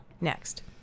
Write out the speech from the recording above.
Next